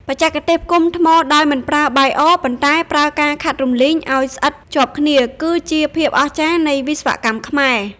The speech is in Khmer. បច្ចេកទេសផ្គុំថ្មដោយមិនប្រើបាយអ ប៉ុន្តែប្រើការខាត់រំលីងឱ្យស្អិតជាប់គ្នា គឺជាភាពអស្ចារ្យនៃវិស្វកម្មខ្មែរ។